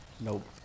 Nope